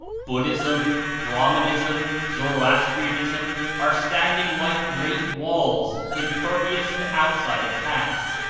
buddhism, brahmanism, zoroastrianism are standing like great walls, impervious to outside attacks,